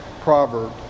proverb